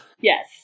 Yes